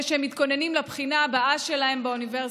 שהם מתכוננים לבחינה הבאה שלהם באוניברסיטה.